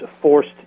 forced